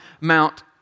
Mount